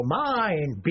mind